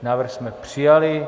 Návrh jsme přijali.